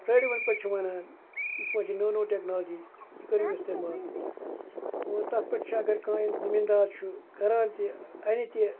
ریڈیوٗوَن پٮ۪ٹھ چھِ وَنان یِتھ پٲٹھۍ چھِ نٔو نٔو ٹٮ۪کنالجی یہِ کٔرِو استعمال اور تَتھ پٮ۪ٹھ چھِ اگر کانٛہہ زٔمیٖندار چھُ کَران تہِ اَنہِ تہِ